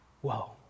whoa